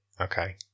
Okay